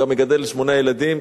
גם מגדל שמונה ילדים,